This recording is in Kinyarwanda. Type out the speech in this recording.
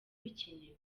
bikenewe